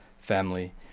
family